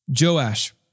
Joash